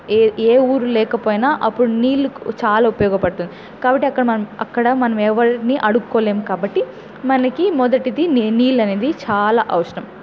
ఏ ఏ ఊరు లేకపోయినా అప్పుడు నీళ్లు చాలా ఉపయోగపడుతుంది కాబట్టి అక్కడ మనము అక్కడ మనం ఎవరిని అడుక్కోలేము కాబట్టి మనకి మొదటిది నీళ్ళు అనేది అనేది చాలా అవసరం